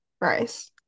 rice